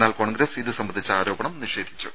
എന്നാൽ കോൺഗ്രസ് ഇത് സംബന്ധിച്ച ആരോപണം നിഷേധിച്ചു